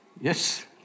Yes